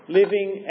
living